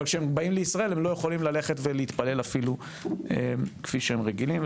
אבל כשהם באים לישראל הם לא יכולים להתפלל אפילו כפי שהם רגילים.